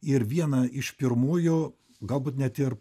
ir vieną iš pirmųjų galbūt net ir